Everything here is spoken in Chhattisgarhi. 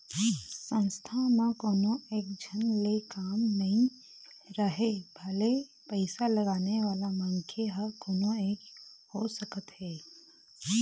संस्था म कोनो एकझन ले काम नइ राहय भले पइसा लगाने वाला मनखे ह कोनो एक हो सकत हे